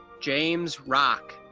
james wrock.